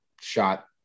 shot